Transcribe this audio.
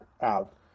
out